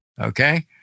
Okay